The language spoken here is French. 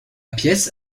pièce